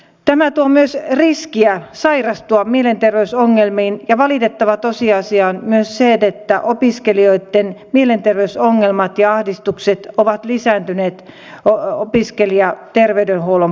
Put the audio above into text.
tämä tuo myös riskiä sairastua mielenterveysongelmiin ja valitettava tosiasia on myös se että opiskelijoitten mielenterveysongelmat ja ahdistukset ovat lisääntyneet opiskelijaterveydenhuollon parissa